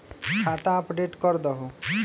खाता अपडेट करदहु?